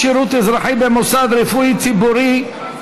שירות אזרחי במוסד רפואי ציבורי)